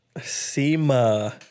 SEMA